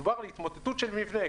מדובר בהתמוטטות של מבנה.